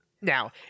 now